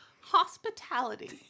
Hospitality